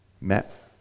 met